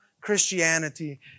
Christianity